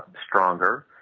um stronger,